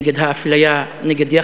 נגד האפליה,